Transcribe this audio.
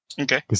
Okay